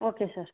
okay sir